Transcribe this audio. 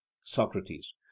Socrates